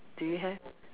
do you have